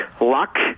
luck